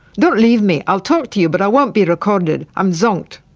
don't leave me, i'll talk to you but i won't be recorded, i'm zonked.